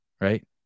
Right